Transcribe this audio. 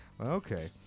okay